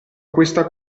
questa